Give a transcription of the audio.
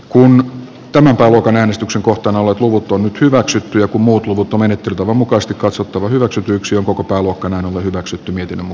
kun tämän pääluokan äänestyksen kohtaan ole puuttunut hyväksyttyä kun muut luvuton menettelytavan mukaista katsottava hyväksytyksi on koko pääluokkanaan oman hyväksytty miten emu